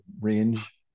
range